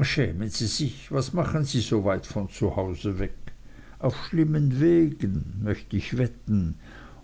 schämen sie sich was machen sie so weit von hause weg auf schlimmen wegen möcht ich wetten